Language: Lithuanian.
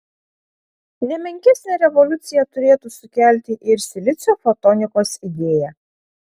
ne menkesnę revoliuciją turėtų sukelti ir silicio fotonikos idėja